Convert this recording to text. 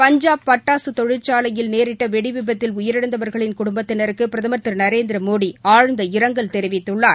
பஞ்சாப் பட்டாசு தொழிற்சாலையில் நேரிட்ட வெடி விபத்தில் உயிரிழந்தவா்களின் குடும்பத்தினருக்கு பிரதமர் திரு நரேந்திரமோடி ஆழ்ந்த இரங்கல் தெரிவித்துள்ளார்